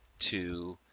to